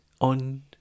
on